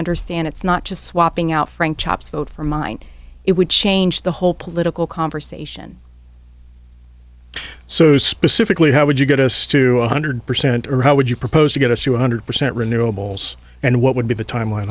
understand it's not just swapping out frank chops vote for mine it would change the whole political conversation so specifically how would you get us to one hundred percent and how would you propose to get us to one hundred percent renewables and what would be the time